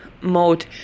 mode